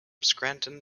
scranton